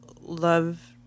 love